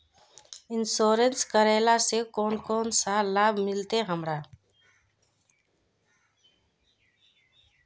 Insurance करेला से कोन कोन सा लाभ मिलते हमरा?